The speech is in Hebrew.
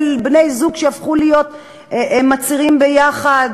של בני זוג שהפכו להיות מצהירים ביחד,